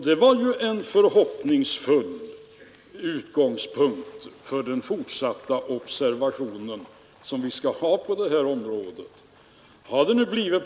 Det var ju en förhoppningsfull utgångspunkt för den fortsatta observationen på det här området.